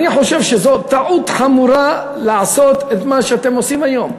אני חושב שזאת טעות חמורה לעשות את מה שאתם עושים היום.